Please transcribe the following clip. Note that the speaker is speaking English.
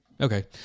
Okay